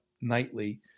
nightly